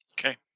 Okay